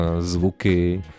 zvuky